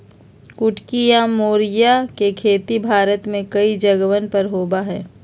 कुटकी या मोरिया के खेती भारत में कई जगहवन पर होबा हई